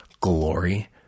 glory